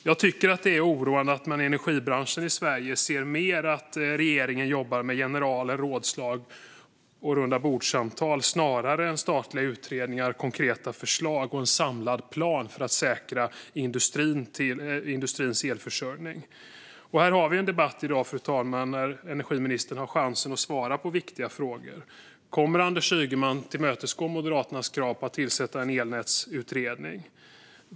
Jag tycker att det är oroande att man i energibranschen i Sverige ser att regeringen jobbar med generaler, rådslag och rundabordssamtal snarare än statliga utredningar, konkreta förslag och en samlad plan för att säkra industrins elförsörjning. Fru talman! I dag har vi en debatt där energiministern har chansen att svara på viktiga frågor. Kommer Anders Ygeman att tillmötesgå Moderaternas krav om att tillsätta en elnätsutredning?